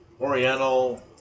oriental